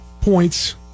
points